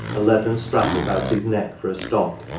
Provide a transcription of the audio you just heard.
a leathern strap about his neck for a stock,